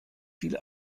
viel